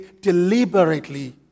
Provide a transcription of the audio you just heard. deliberately